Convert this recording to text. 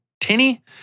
tinny